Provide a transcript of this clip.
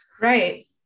Right